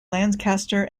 lancaster